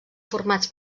formats